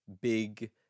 big